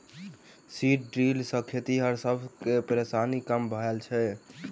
seed drill सॅ खेतिहर सब के परेशानी कम भेल छै